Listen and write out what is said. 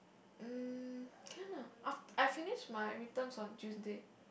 mm can lah I finish my midterms on Tuesday